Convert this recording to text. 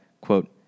quote